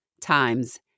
times